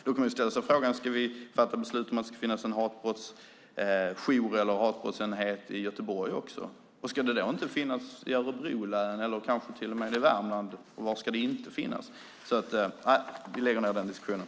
Då kan man ju fråga om vi ska fatta beslut om att det ska finnas en hatbrottsenhet i Göteborg också. Ska det då inte finnas en i Örebro län och kanske i Värmland? Var ska det inte finnas? Vi lägger ned den diskussionen.